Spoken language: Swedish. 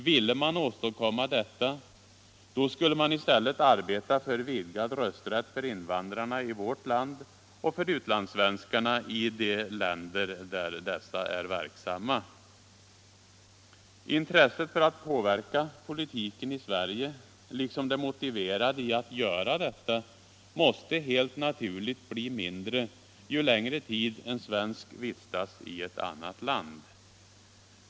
Ville man åstadkomma detta, skulle man i stället arbeta för vidgad rösträtt för invandrarna i vårt land och för utlandssvenskarna i de länder där dessa är verksamma. Intresset för att påverka politiken i Sverige liksom det motiverade i att göra detta måste helt naturligt bli mindre ju längre tid en svensk vistas i ett annat land.